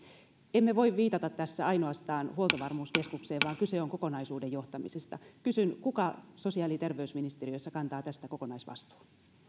emme voi viitata tässä ainoastaan huoltovarmuuskeskukseen vaan kyse on kokonaisuuden johtamisesta kysyn kuka sosiaali ja terveysministeriössä kantaa tästä kokonaisvastuun